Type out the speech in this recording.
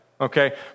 okay